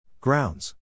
Grounds